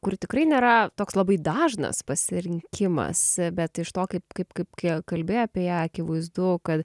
kur tikrai nėra toks labai dažnas pasirinkimas bet iš to kaip kaip kaip kiek kalbi apie ją akivaizdu kad